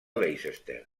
leicester